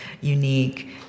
unique